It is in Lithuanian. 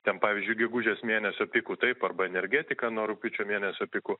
ten pavyzdžiui gegužės mėnesio pikų taip arba energetika nuo rugpjūčio mėnesio pikų